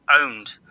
owned